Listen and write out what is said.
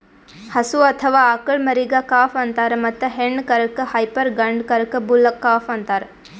ಹಸು ಅಥವಾ ಆಕಳ್ ಮರಿಗಾ ಕಾಫ್ ಅಂತಾರ್ ಮತ್ತ್ ಹೆಣ್ಣ್ ಕರಕ್ಕ್ ಹೈಪರ್ ಗಂಡ ಕರಕ್ಕ್ ಬುಲ್ ಕಾಫ್ ಅಂತಾರ್